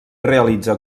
realitza